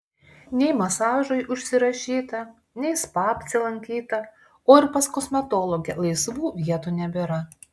nei masažui užsirašyta nei spa apsilankyta o ir pas kosmetologę laisvų vietų nebėra